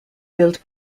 built